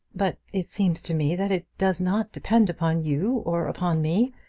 but it seems to me that it does not depend upon you or upon me,